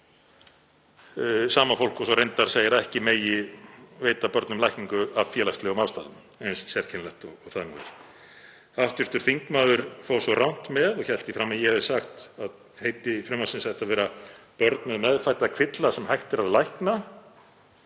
sama fólk og segir svo reyndar að ekki megi veita börnum lækningu af félagslegum ástæðum, eins sérkennilegt og það nú er. Hv. þingmaður fór svo rangt með og hélt því fram að ég hefði sagt að heiti frumvarpsins ætti að vera börn með meðfædda kvilla sem hægt er að lækna.